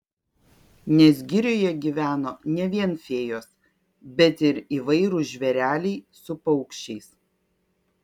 nes girioje gyveno ne vien fėjos bet ir įvairūs žvėreliai su paukščiais